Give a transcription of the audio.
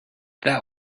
that